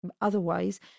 Otherwise